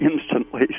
instantly